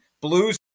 Blues